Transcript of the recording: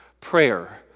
prayer